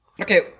Okay